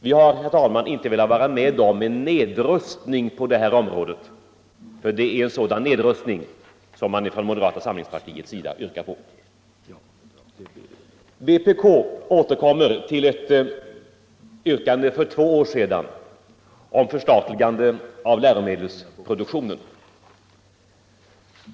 Vi har inte velat vara med om en nedrustning på detta område — det är just en nedrustning som man från moderata samlingspartiet yrkar på i detta fall. Sedan återkommer vpk till ett yrkande som man hade för två år sedan om förstatligande av läromedelsproduktionen.